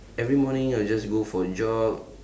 every morning I will just go for a jog